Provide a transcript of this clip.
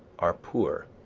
are poor,